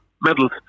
medals